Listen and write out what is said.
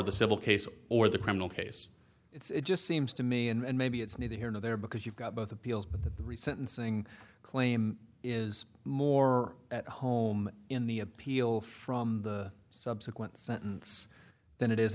of the civil case or the criminal case it's just seems to me and maybe it's neither here nor there because you've got both appeals but the sentencing claim is more at home in the appeal from the subsequent sentence than it is